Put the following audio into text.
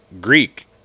greek